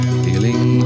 feeling